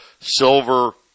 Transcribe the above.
silver